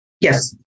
Yes